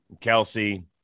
Kelsey